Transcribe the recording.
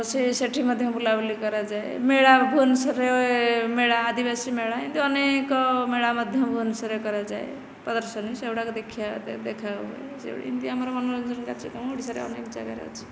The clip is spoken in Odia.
ସେ ସେଇଠି ମଧ୍ୟ ବୁଲାବୁଲି କରାଯାଏ ମେଳା ଭୁବନେଶ୍ୱରରେ ମେଳା ଆଦିବାସୀ ମେଳା ଏନ୍ତି ଅନେକ ମେଳା ମଧ୍ୟ ଭୁବନେଶ୍ୱରରେ କରାଯାଏ ପ୍ରଦର୍ଶନୀ ସେଗୁଡ଼ାକ ଦେଖିବା ଏମିତି ଆମର ମନୋରଞ୍ଜନ କାର୍ଯ୍ୟକ୍ରମ ଓଡ଼ିଶାର ଅନେକ ଜାଗାରେ ଅଛି ଆଉ